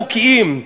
מוקיעים.